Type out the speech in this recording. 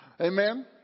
Amen